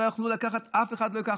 לא יכלו לקחת, אף אחד לא ייקח.